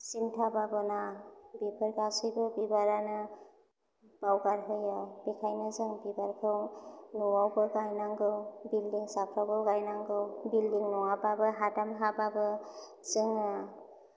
सिन्ता भाबना बेफोर गासैबो बिबारानो बावगारहोयो बेखायनो जों बिबारखौ न'आवबो गायनांगौ बिल्डिं साफ्रावबो गायनांगौ बिल्डिं नङाबाबो हादाम हाबाबो जोङो